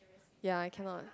ya I cannot